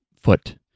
foot